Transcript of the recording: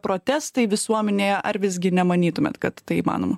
protestai visuomenėje ar visgi nemanytumėt kad tai įmanoma